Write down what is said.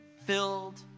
filled